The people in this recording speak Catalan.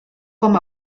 com